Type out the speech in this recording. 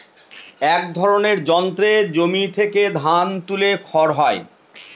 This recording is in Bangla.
এক ধরনের যন্ত্রে জমি থেকে ধান তুলে খড় হয়